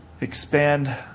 Expand